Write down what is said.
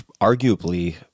arguably